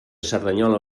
cerdanyola